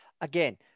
again